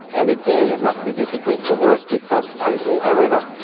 and again, it must be difficult to work with such people. however,